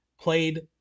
played